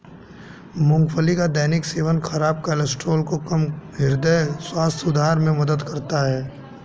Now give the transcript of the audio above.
मूंगफली का दैनिक सेवन खराब कोलेस्ट्रॉल को कम, हृदय स्वास्थ्य सुधार में मदद करता है